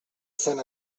sant